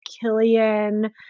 Killian